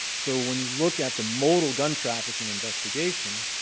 so when you look at the model gun trafficking investigation,